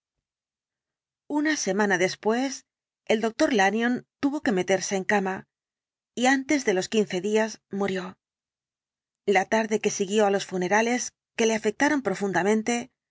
una semana después el doctor lanyón tuvo que meterse en cama y antes de los quince días murió la tarde que siguió á los funerales que le afectaron profundamente